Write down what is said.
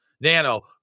Nano